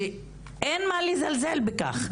שאין מה לזלזל בכך,